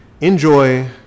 enjoy